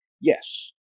Yes